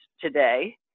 today